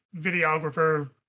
videographer